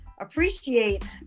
Appreciate